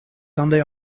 sunday